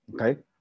Okay